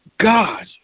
God